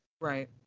Right